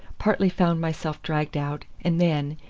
partly found myself dragged out, and then,